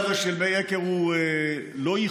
הוא אפילו החזיר לי את העט,